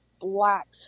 black